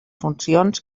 funcions